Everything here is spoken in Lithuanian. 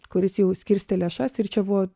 kuris jau skirstė lėšas ir čia buvo